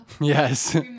Yes